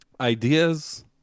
Ideas